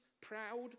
proud